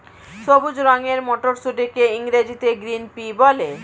সবুজ রঙের মটরশুঁটিকে ইংরেজিতে গ্রিন পি বলে